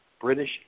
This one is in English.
British